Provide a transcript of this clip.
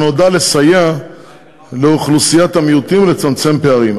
שנועדה לסייע לאוכלוסיית המיעוטים ולצמצם פערים.